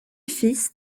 fils